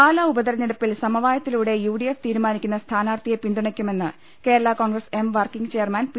പാലാ ഉപതെരഞ്ഞെടുപ്പിൽ സമവായത്തിലൂടെ യുഡിഎഫ് തീരു മാനിക്കുന്ന സ്ഥാനാർത്ഥിയെ പിന്തുണക്കുമെന്ന് Kerala Congress M working chairman P